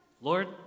Lord